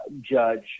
Judge